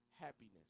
happiness